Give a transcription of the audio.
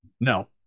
No